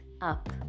Up